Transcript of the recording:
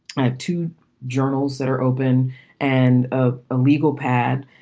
my two journals that are open and a legal pad.